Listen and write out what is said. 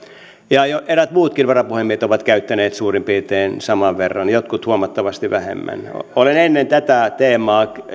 ja ja eräät muutkin varapuhemiehet ovat käyttäneet suurin piirtein saman verran jotkut huomattavasti vähemmän olen ennen tätä teemaa